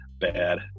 bad